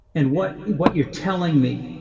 and what what you're telling me,